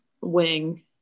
wing